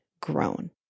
grown